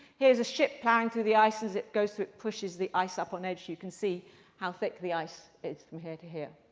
here's a ship plowing through the ice. as it goes through, it pushes the ice up on edge so you can see how thick the ice is from here to here.